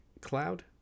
Cloud